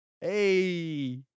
Hey